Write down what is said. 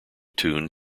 tuned